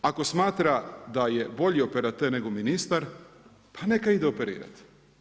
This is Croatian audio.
Ako smatra da je bolji operater nego ministar, pa neka ide operirati.